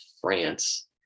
France